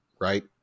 right